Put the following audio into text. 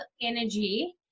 energy